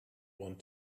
want